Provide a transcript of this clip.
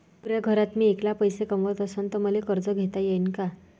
पुऱ्या घरात मी ऐकला पैसे कमवत असन तर मले कर्ज घेता येईन का?